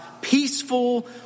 peaceful